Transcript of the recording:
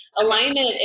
Alignment